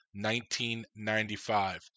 1995